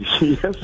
Yes